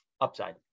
upside